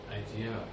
idea